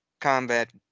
combat